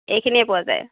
এইখিনিয়ে পোৱা যায়